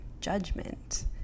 judgment